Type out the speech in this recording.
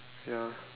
ya